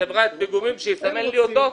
לחברת פיגומים על מנת שיסמנו לי אותו?